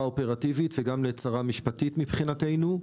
אופרטיבית וגם לצרה משפטית מבחינתנו.